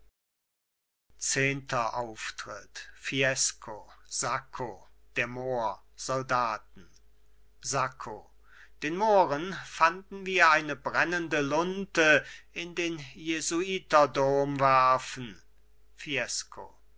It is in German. zehenter auftritt fiesco sacco der mohr soldaten sacco den mohren fanden wir eine brennende lunte in den jesuiterdom werfen fiesco